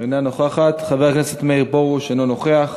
אינה נוכחת, חבר הכנסת מאיר פרוש אינו נוכח,